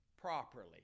properly